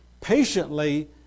patiently